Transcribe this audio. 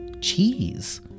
cheese